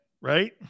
right